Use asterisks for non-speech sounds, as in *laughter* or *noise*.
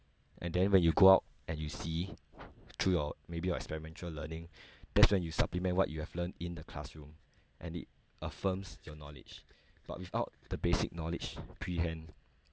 and then when you go out and you see through your maybe your experimental learning *breath* that's when you supplement what you have learnt in the classroom and it affirms your knowledge but without the basic knowledge pre hand